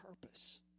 purpose